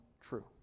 true